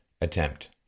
attempt